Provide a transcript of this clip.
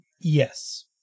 Yes